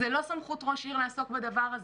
זה לא סמכות ראש עיר לעסוק בדבר הזה,